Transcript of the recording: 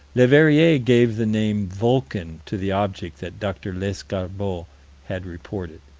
leverrier gave the name vulcan to the object that dr. lescarbault had reported.